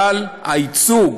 אבל הייצוג